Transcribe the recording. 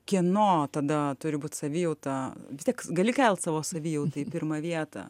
kieno tada turi būt savijauta vis tiek gali kelt savo savijautą į pirmą vietą